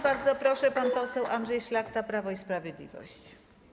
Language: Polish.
Bardzo proszę, pan poseł Andrzej Szlachta, Prawo i Sprawiedliwość.